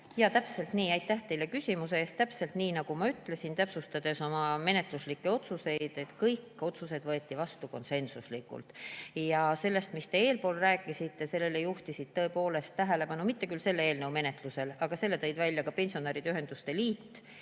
lugemisel. Aitäh teile küsimuse eest! Täpselt nii, nagu ma ütlesin, täpsustades menetluslikke otsuseid, et kõik otsused võeti vastu konsensuslikult. Sellele, millest te eespool rääkisite, juhtis tähelepanu, mitte küll selle eelnõu menetlusel, aga selle tõi välja pensionäride ühenduste liit